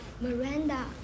Miranda